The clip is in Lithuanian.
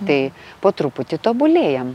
tai po truputį tobulėjam